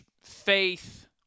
faith